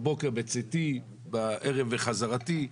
בבוקר בצאתי, בערב בחזרתי.